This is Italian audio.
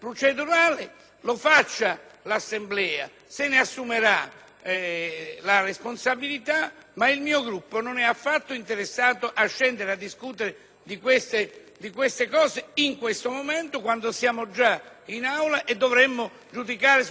lo faccia, se ne assumerà la responsabilità, ma il mio Gruppo non è affatto interessato a discutere di queste cose in questo momento quando siamo già in Aula e dovremmo giudicare sulla sostanza,